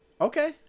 Okay